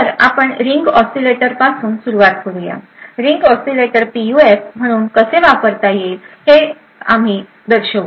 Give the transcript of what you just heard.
तर आपण ring oscillator ने सुरूवात करू रिंग ओसीलेटर पीयूएफ म्हणून कसे वापरता येईल ते आम्ही दर्शवू